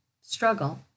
struggle